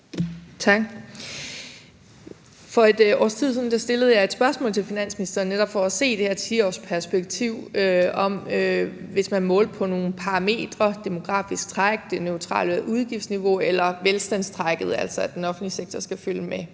For 1 års tid siden stillede jeg et spørgsmål til finansministeren netop for at se det her 10-årspersperspektiv, i forhold til hvis man målte på nogle parametre, det demografiske træk, det neutrale udgiftsniveau eller velstandstrækket, altså at den offentlige sektor skal følge med